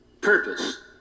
purpose